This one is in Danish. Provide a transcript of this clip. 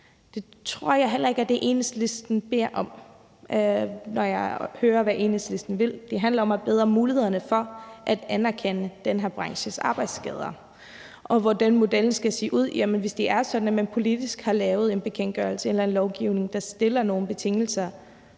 Det tror jeg heller ikke er det, Enhedslisten beder om, når jeg hører, hvad Enhedslisten vil. Det handler om at forbedre mulighederne for, at arbejdsskader i denne branche anerkendes. Til spørgsmålet om, hvordan modellen skal se ud, vil jeg sige, at hvis det er sådan, at man politisk har lavet en bekendtgørelse eller en lovgivning, der stiller nogle betingelser